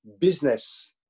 business